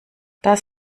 das